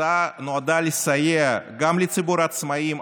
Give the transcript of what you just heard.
ההצעה נועדה לסייע גם לציבור העצמאים,